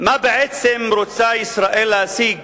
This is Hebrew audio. מה בעצם רוצה ישראל להשיג